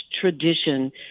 tradition